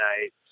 night